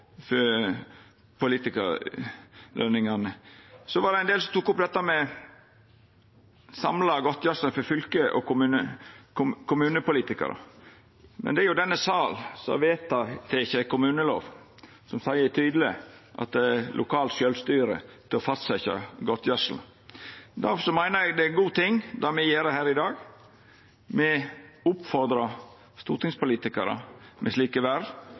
Så var det ein del som tok opp dette med samla godtgjersle for fylkes- og kommunepolitikarar. Men det er jo denne salen som har vedteke ei kommunelov som seier tydeleg at det er lokalt sjølvstyre til å fastsetja godtgjersle. Difor meiner eg det me gjer her i dag, er ein god ting. Me gjev ei oppfordring til stortingspolitikarar med slike